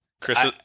Chris